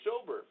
sober